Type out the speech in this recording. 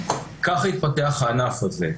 ככה התפתח הענף הזה,